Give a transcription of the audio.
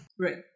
Right